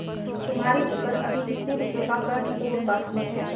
तुम्हारे ऊपर अभी कितने रुपयों का कर्ज और बाकी है?